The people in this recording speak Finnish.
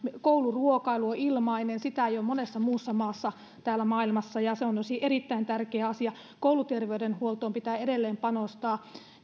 kouluruokailu on ilmainen sitä ei ole monessa muussa maassa täällä maailmassa ja myös se on erittäin tärkeä asia kouluterveydenhuoltoon pitää edelleen panostaa